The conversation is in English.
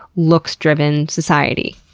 looks-driven society.